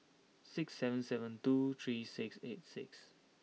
six seven seven two three six eight six